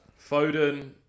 Foden